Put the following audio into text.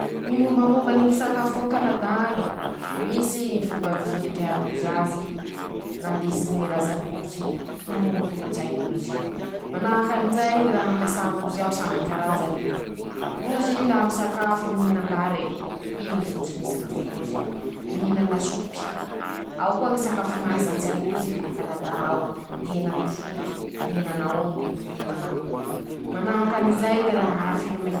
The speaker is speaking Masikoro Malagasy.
Ñy mombamombany ñy sakafo a kanada añy e: -Misy ñy fomba ff fiketrehan-drozy azy ,nandesiny ñy razan-drozy noho ñy kolon-tsain-drozy ;manahaky anizay ñy raha ampiasan-drozy ao samby karazany; rozy laha misakafo mihinam-bare ,iñy ñy fototsiny ñy sakafon-drozy ;mihina lasopy ,ao koa ñy sakafo mahazatsy androzy a kanada ao :ñy henan-koso ,ñy henan'aomby ,ñy henan'akoho ;manahaky anizay ñy raha finomindrozy.